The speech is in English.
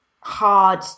hard